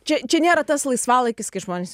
čia čia nėra tas laisvalaikis kai žmonės